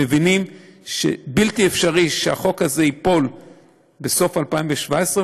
מבינים שבלתי אפשרי שהחוק הזה ייפול בסוף 2017,